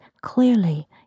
clearly